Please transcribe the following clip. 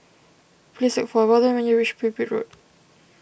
please look for Weldon when you reach Pipit Road